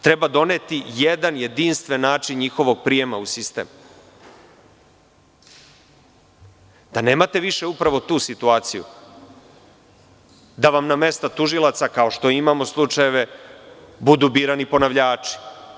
Treba doneti jedan jedinstven način njihovog prijema u sistem, da nemate upravo više tu situaciju da vam na mesta tužilaca, kao što imamo slučajeve, budu birani ponavljači.